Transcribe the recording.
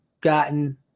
gotten